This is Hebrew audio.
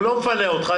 הוא לא מפנה אותך,